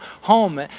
home